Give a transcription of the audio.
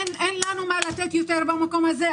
אין לנו מה לתת יותר במקום הזה.